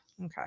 Okay